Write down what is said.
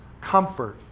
comfort